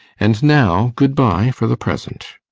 and now, good-bye for the present.